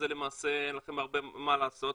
שאין לכם הרבה מה לעשות.